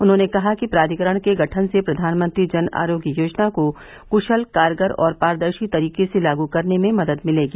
उन्होंने कहा कि प्राधिकरण के गठन से प्रधानमंत्री जन आरोग्य योजना को कुशल कारगर और पारदर्शी तरीके से लागू करने में मदद मिलेगी